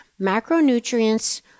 Macronutrients